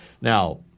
Now